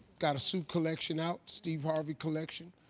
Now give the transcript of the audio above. got a suit collection out, steve harvey collection.